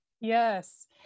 Yes